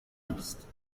است